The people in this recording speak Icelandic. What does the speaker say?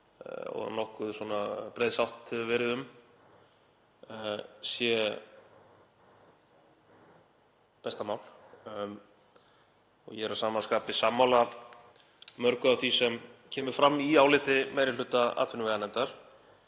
og nokkuð breið sátt hefur verið um sé besta mál. Ég er að sama skapi sammála mörgu af því sem kemur fram í áliti meiri hluta atvinnuveganefndar.